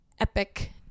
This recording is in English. epic